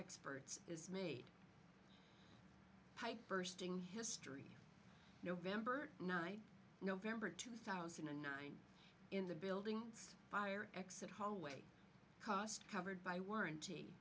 experts is made pipe bursting history november night november two thousand and nine in the building's fire exit hallway cost covered by warranty